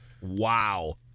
Wow